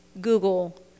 Google